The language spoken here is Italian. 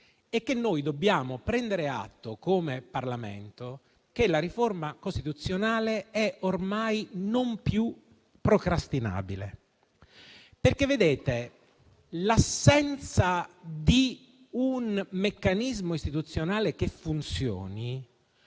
e noi dobbiamo prendere atto, come Parlamento, che la riforma costituzionale è ormai non più procrastinabile. Questo perché l'assenza di un meccanismo istituzionale che funzioni